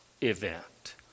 event